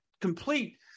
complete